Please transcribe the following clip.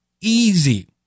easy